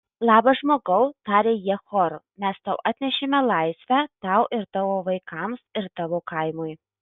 labas žmogau tarė jie choru mes tau atnešėme laisvę tau ir tavo vaikams ir tavo kaimui